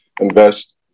invest